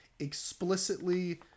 Explicitly